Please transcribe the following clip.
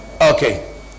Okay